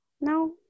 No